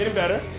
ah better